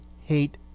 hate